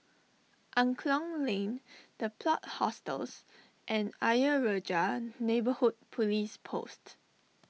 Angklong Lane the Plot Hostels and Ayer Rajah Neighbourhood Police Post